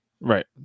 right